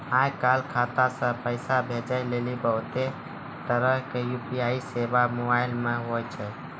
आय काल खाता से पैसा भेजै लेली बहुते तरहो के यू.पी.आई सेबा मोबाइल मे होय छै